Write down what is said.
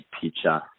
picture